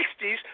60s